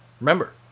Remember